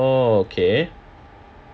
orh okay